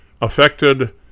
affected